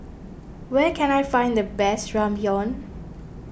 where can I find the best Ramyeon